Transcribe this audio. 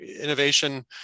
Innovation